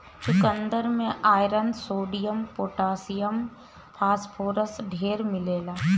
चुकन्दर में iron, sodium, potassium, phosphorus ढेर मिलेला